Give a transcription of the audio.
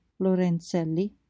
Lorenzelli